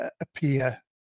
appear